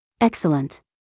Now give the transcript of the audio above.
Excellent